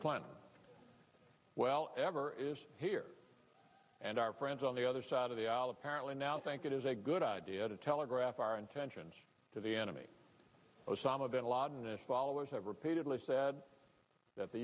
clinton well ever is here and our friends on the other side of the aisle apparently now think it is a good idea to telegraph our intentions to the enemy osama bin ladin and followers have repeatedly said that the